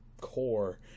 core